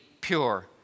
pure